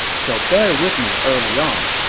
so bear with me early on.